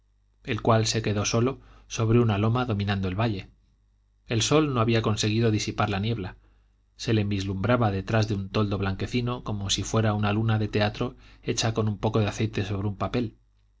el cual se quedó solo sobre una loma dominando el valle el sol no había conseguido disipar la niebla se le vislumbraba detrás de un toldo blanquecino como si fuera una luna de teatro hecha con un poco de aceite sobre un papel